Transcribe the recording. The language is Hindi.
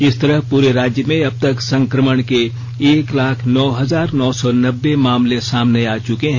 इस तरह पूरे राज्य में अबतक संक्रमण के एक लाख नौ हजार नौ सौ नब्बे मामले सामने आ चुके हैं